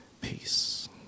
peace